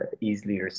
easily